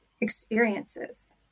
experiences